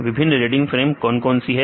विभिन्न reading frame कौन कौन से हैं